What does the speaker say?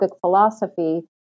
philosophy